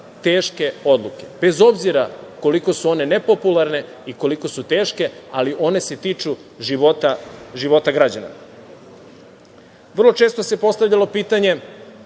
teške odluke, bez obzira koliko su one nepopularne i koliko su teške, ali one se tiču života građana. Vrlo često se postavljalo pitanje,